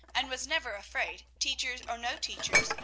and was never afraid, teachers or no teachers,